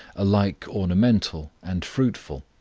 alike ornamental and fruitful.